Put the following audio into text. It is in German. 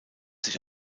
sich